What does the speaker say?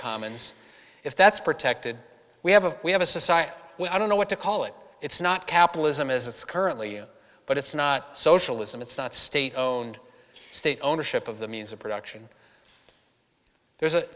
commons if that's protected we have a we have a society i don't know what to call it it's not capitalism as it's currently but it's not socialism it's not state own state ownership of the means of production there